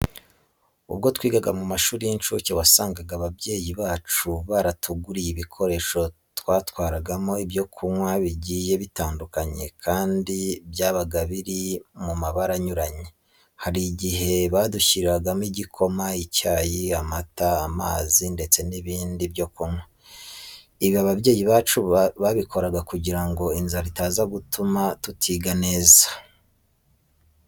Ubwo twigaga mu mashuri y'inshuke wasangaga ababyeyi bacu baratuguriye ibikoresho twatwaragamo ibyo kunywa bigiye bitandukanye kandi byabaga biri mu mabara anyuranye. Hari igihe badushyiriragamo igikoma, icyayi, amata, amazi ndetse n'ibindi byo kunywa. Ibi ababyeyi bacu babikoraga kugira ngo inzara itaza gutuma tutiga neza.